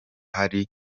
hari